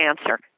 answer